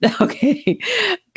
Okay